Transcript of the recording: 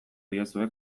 diezue